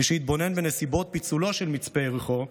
מי שיתבונן בנסיבות פיצולו של מצפה יריחו,